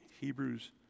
Hebrews